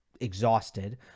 exhausted